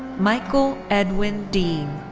michael edwin dean.